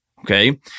Okay